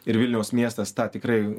ir vilniaus miestas tą tikrai